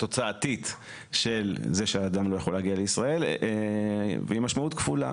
התוצאתית של זה שאדם לא יכול להגיע לישראל והיא משמעות כפולה.